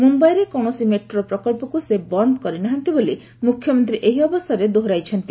ମୁମ୍ବାଇରେ କୌଣସି ମେଟ୍ରୋ ପ୍ରକଳ୍ପକୁ ସେ ବନ୍ଦ କରିନାହାନ୍ତି ବୋଲି ମୁଖ୍ୟମନ୍ତ୍ରୀ ଏହି ଅବସରରେ ଦୋହରାଇଛନ୍ତି